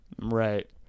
Right